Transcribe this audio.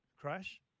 Crash